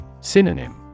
Synonym